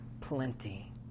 plenty